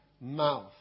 Mouth